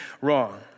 wrong